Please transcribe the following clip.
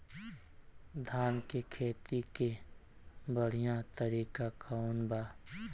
धान के खेती के बढ़ियां तरीका कवन बा?